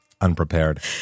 unprepared